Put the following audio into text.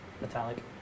metallic